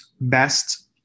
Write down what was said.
best